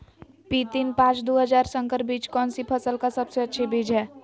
P तीन पांच दू चार संकर बीज कौन सी फसल का सबसे अच्छी बीज है?